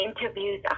interviews